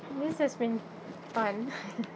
this has been fun